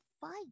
fight